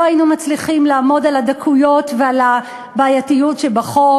לא היינו מצליחים לעמוד על הדקויות ועל הבעייתיות שבחוק.